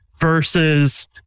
versus